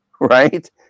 right